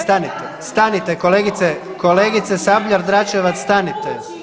Stanite, stanite, kolegice, kolegice Sabljar-Dračevac, stanite.